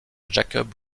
jacob